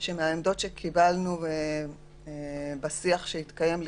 מהעמדות שקיבלנו בשיח שהתקיים לפני,